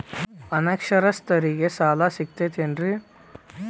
ಅನಕ್ಷರಸ್ಥರಿಗ ಸಾಲ ಸಿಗತೈತೇನ್ರಿ?